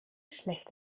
schlecht